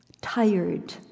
tired